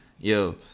Yo